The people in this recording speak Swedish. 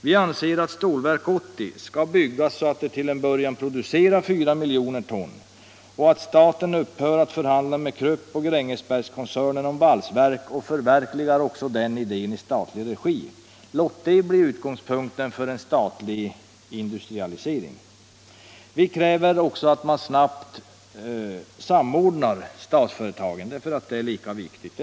Vi anser att Stålverk 80 skall byggas så att det till en början producerar 4 miljoner ton och att staten skall upphöra att förhandla med Krupp och Grängesbergskoncernen om valsverk och förverkliga också den idén i statlig regi. Låt det bli utgångspunkten för en statlig industrialisering. Vi kräver också att man snabbt samordnar statsföretagen, för det är lika viktigt.